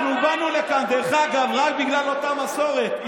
דרך אגב, אנחנו באנו לכאן רק בגלל אותה מסורת.